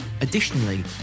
Additionally